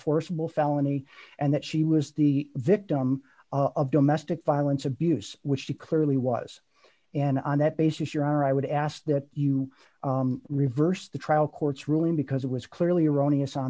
forcible felony and that she was the victim of domestic violence abuse which she clearly was and on that basis your honor i would ask that you reverse the trial court's ruling because it was clearly erroneous on